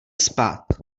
spát